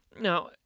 Now